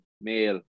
male